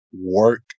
work